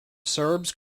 serbs